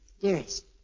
Dearest